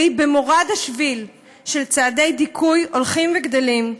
והיא במורד השביל של צעדי דיכוי הולכים וגדלים,